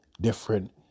different